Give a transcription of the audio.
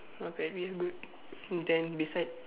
okay real good mm then beside